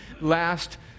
last